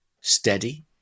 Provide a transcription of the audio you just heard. steady